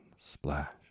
splash